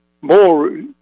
more